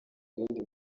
ibindi